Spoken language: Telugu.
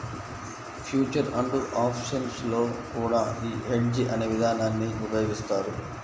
ఫ్యూచర్ అండ్ ఆప్షన్స్ లో కూడా యీ హెడ్జ్ అనే ఇదానాన్ని ఉపయోగిత్తారు